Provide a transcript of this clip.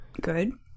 Good